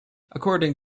according